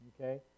Okay